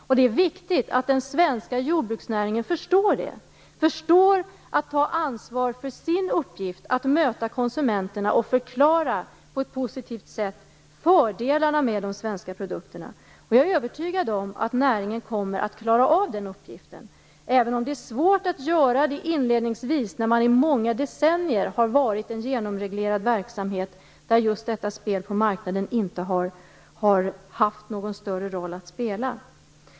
Och det är viktigt att den svenska jordbruksnäringen förstår det och att den förstår att ta ansvar för sin uppgift att möta konsumenterna och på ett positivt sätt förklara fördelarna med de svenska produkterna. Jag är övertygad om att näringen kommer att klara av den uppgiften, även om det inledningsvis är svårt att göra det, efter att den i många decennier har varit en genomreglerad verksamhet där just detta spel på marknaden inte har haft någon större roll att spela.